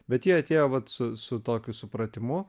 bet jie atėjo vat su su tokiu supratimu